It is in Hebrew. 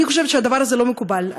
אני חושבת שהדבר הזה לא מקובל.